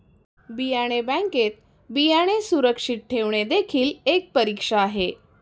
बियाणे बँकेत बियाणे सुरक्षित ठेवणे देखील एक परीक्षा आहे